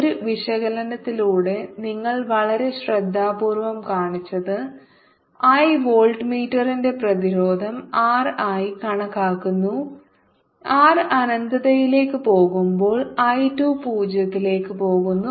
ഒരു വിശകലനത്തിലൂടെ നിങ്ങൾ വളരെ ശ്രദ്ധാപൂർവ്വം കാണിച്ചത് I വോൾട്ട്മീറ്ററിന്റെ പ്രതിരോധം R ആയി കണക്കാക്കുന്നു R അനന്തതയിലേക്ക് പോകുമ്പോൾ I 2 0 ലേക്ക് പോകുന്നു